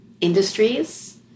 industries